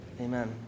Amen